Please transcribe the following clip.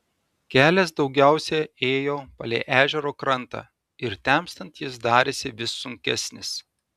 kelias daugiausiai ėjo palei ežero krantą ir temstant jis darėsi vis sunkesnis